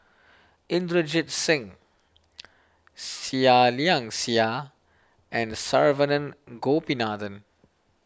Inderjit Singh Seah Liang Seah and Saravanan Gopinathan